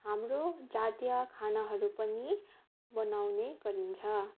हाम्रो जातीय खानाहरू पनि बनाउने गरिन्छ